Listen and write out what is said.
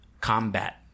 combat